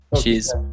Cheers